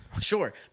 sure